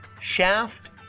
Shaft